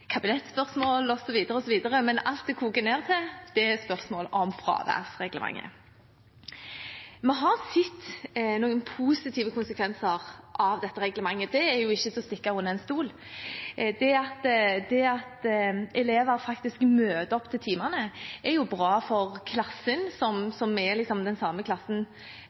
rundt kabinettsspørsmål osv., men alt det koker ned til, er spørsmål om fraværsreglementet. Vi har sett noen positive konsekvenser av dette reglementet, det er ikke til å stikke under stol. At elever faktisk møter opp til timene, er bra for klassen, som da er den samme klassen